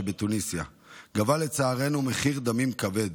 הנערכות מדי שנה, מביאות מאות יהודים מכל